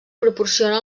proporciona